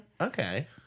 Okay